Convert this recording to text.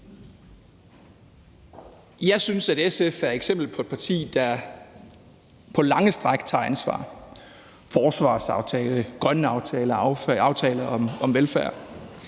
Jeg synes, at SF er et eksempel på et parti, der på lange stræk tager ansvar – i forbindelse med en forsvarsaftale, grønne aftaler og aftaler om velfærd.